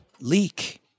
Leak